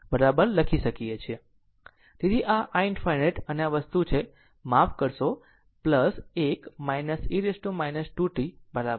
તેથી આ i ∞ અને આ વસ્તુ છે માફ કરશો 1 e t 2 t બરાબર